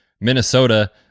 minnesota